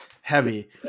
heavy